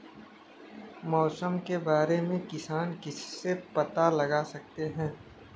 मौसम के बारे में किसान किससे पता लगा सकते हैं?